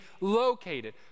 located